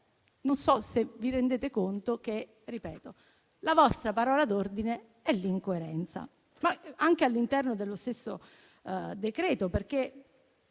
Non so se vi rendete conto che la vostra parola d'ordine è l'incoerenza, ma anche all'interno dello stesso decreto. Prima,